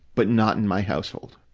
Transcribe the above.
but not in my household.